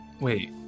Wait